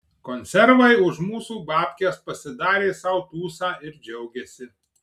konservai už mūsų babkes pasidarė sau tūsą ir džiaugiasi